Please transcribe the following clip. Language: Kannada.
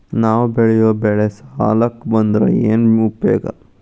ನಾವ್ ಬೆಳೆಯೊ ಬೆಳಿ ಸಾಲಕ ಬಂದ್ರ ಏನ್ ಉಪಯೋಗ?